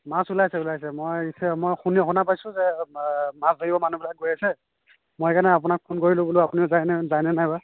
মাছ ওলাইছে ওলাইছে মই শুনি শুনা পাইছোঁ যে মাছ ধৰিব মানুহবিলাক গৈ আছে মই সেইকাৰণে আপোনাক ফোন কৰিলোঁ বোলো আপুনিও যায় যায়নে নাই বা